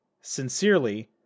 Sincerely